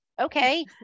Okay